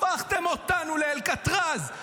הפכתם אותנו לאלקטרז.